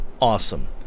awesome